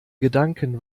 gedanken